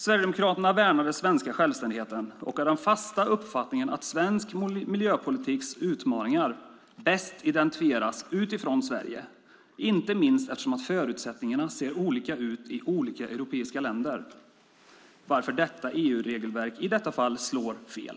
Sverigedemokraterna värnar den svenska självständigheten och är av den fasta uppfattningen att svensk miljöpolitiks utmaningar bäst identifieras utifrån Sverige, inte minst eftersom förutsättningarna ser olika ut i olika europeiska länder, varför detta EU-regelverk i detta fall slår fel.